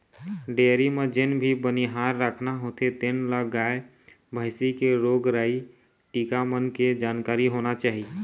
dairy म जेन भी बनिहार राखना होथे तेन ल गाय, भइसी के रोग राई, टीका मन के जानकारी होना चाही